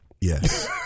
Yes